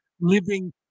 living